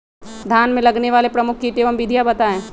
धान में लगने वाले प्रमुख कीट एवं विधियां बताएं?